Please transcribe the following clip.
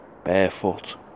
barefoot